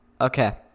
Okay